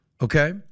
Okay